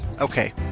Okay